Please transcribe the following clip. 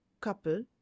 couple